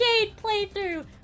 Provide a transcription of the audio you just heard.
playthrough